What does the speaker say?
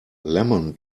lemon